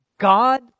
God